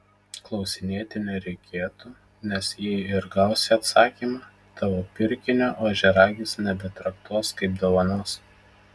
klausinėti nereikėtų nes jei ir gausi atsakymą tavo pirkinio ožiaragis nebetraktuos kaip dovanos